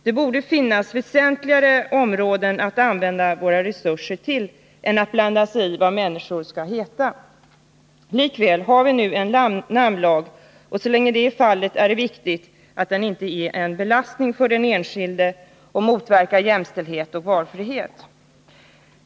Det borde finnas väsentligare områden att använda våra resurser till än att blanda oss i vad människor skall heta. Likväl har vi nu en namnlag, och så länge det är fallet är det viktigt att den inte är en belastning för den enskilde och motverkar jämställdhet och valfrihet.